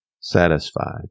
satisfied